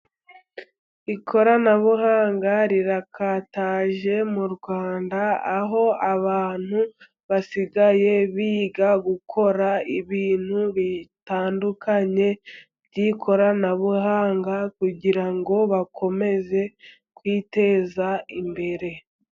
Ikoranabuhanga rirakataje mu Rwanda, aho abantu basigaye bigira gukora ibintu bitandukanye by'ikoranabuhanga, kugira ngo bakomeze kwiteza imbere.